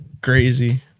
crazy